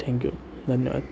thank you धन्यवाद